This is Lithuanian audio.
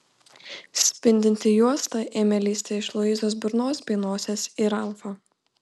spindinti juosta ėmė lįsti iš luizos burnos bei nosies į ralfą